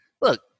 Look